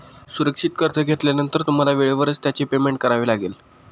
सुरक्षित कर्ज घेतल्यानंतर तुम्हाला वेळेवरच त्याचे पेमेंट करावे लागेल